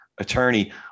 attorney